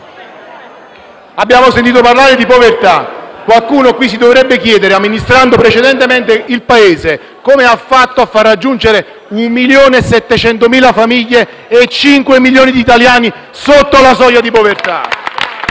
Abbiamo sentito parlare di povertà. Qualcuno qui si dovrebbe chiedere, dato che amministrava precedentemente il Paese, come ha fatto a far scendere 1.700.000 famiglie e cinque milioni di italiani sotto la soglia di povertà.